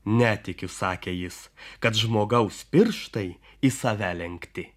netikiu sakė jis kad žmogaus pirštai į save lenkti